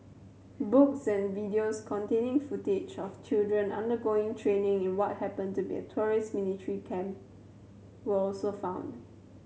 books and videos containing footage of children undergoing training in what happened to be terrorist military camp were also found